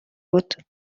بود